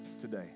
today